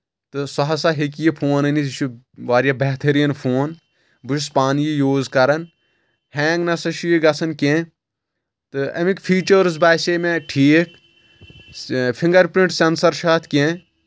تہٕ سُہ ہسا ہیٚکہِ یہِ فون أنِتھ یہِ چھُ واریاہ بہتریٖن فون بہٕ چھُس پانہٕ یہِ یوٗز کران ہینٛگ نسا چھُ یہِ گژھان کینٛہہ تہٕ اَمِکۍ فیٖچٲرٕس باسے مےٚ ٹھیٖک فنگر پرٛنٛٹ سینسر چھُ اتھ کینٛہہ